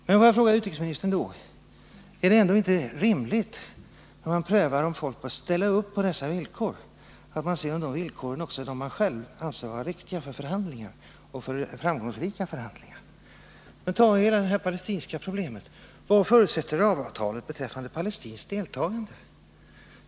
Får jag då fråga utrikesministern: Är det inte rimligt att man, när man prövar om folk skall ställa upp på dessa villkor, även undersöker om dessa villkor är dem som man själv anser vara nödvändiga för framgångsrika förhandlingar? Ta hela det palestinska problemet: Vad säger ramavtalet beträffande palestinskt deltagande?